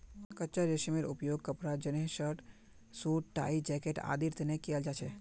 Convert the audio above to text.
कच्चा रेशमेर उपयोग कपड़ा जंनहे शर्ट, सूट, टाई, जैकेट आदिर तने कियाल जा छे